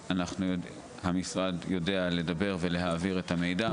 המשרד יודע לדבר ולהעביר את המידע.